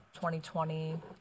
2020